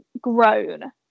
grown